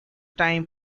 time